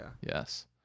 Yes